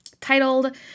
titled